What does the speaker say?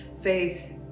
faith